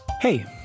Hey